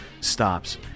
stops